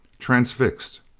transfixed.